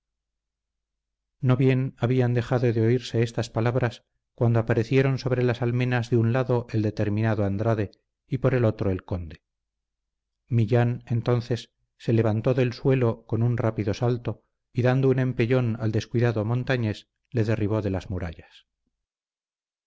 no bien habían dejado de oírse estas palabras cuando aparecieron sobre las almenas de un lado el determinado andrade y por el otro el conde millán entonces se levantó del suelo con un rápido salto y dando un empellón al descuidado montañés le derribó de las murallas